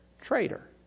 traitor